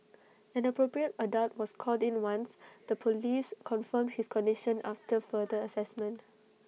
an appropriate adult was called in once the Police confirmed his condition after further Assessment